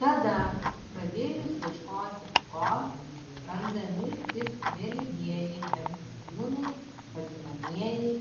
tada pradėjus ieškoti ligos randami tik vėlyvieji antikūnai vadinamieji